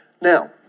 Now